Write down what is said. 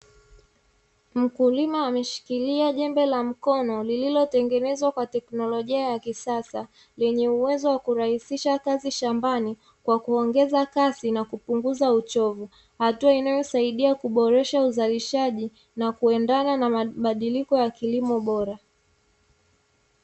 Mkulima ameshikilia jembe la mkono lililotengenezwa kwa teknolojia ya kisasa, yenye uwezo wa kurahisisha kazi shambani, kwa kuongeza kasi na kupunguza uchovu, hatua inayosaidia kuboresha uzalishaji na kuendana na mabadiliko ya kilimo bora.